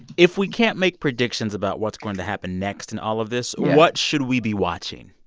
if we can't make predictions about what's going to happen next in all of this, what should we be watching?